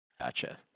Gotcha